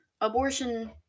abortion